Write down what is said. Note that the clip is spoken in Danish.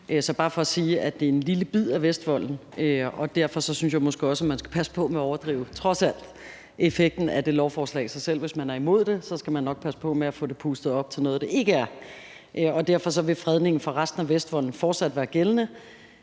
Så det er bare sige, at det er en lille bid af Vestvolden, og derfor synes jeg også, man skal passe på med at overdrive, trods alt, effekten af det lovforslag. Selv hvis man er imod det, skal man nok passe på med at få det pustet op til noget, det ikke er. Fredningen af resten af Vestvolden fortsat være gældende.